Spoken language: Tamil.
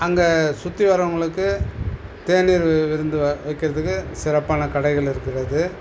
அங்கே சுற்றி வரவங்களுக்கு தேனீர் விருந்து வைக்கிறதுக்கு சிறப்பான கடைகள் இருக்கிறது